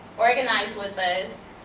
organize with us,